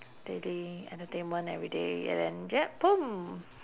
daily entertainment everyday and then yup boom